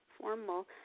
Formal